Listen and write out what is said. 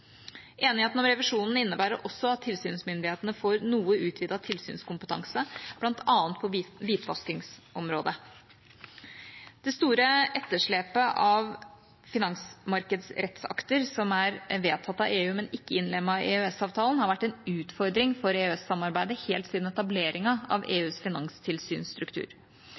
Enigheten om revisjonen innebærer også at tilsynsmyndighetene får noe utvidet tilsynskompetanse, bl.a. på hvitvaskingsområdet. Det store etterslepet av finansmarkedsrettsakter som er vedtatt av EU, men ikke innlemmet i EØS-avtalen, har vært en utfordring for EØS-samarbeidet helt siden etableringen av EUs finanstilsynsstruktur.